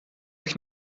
ich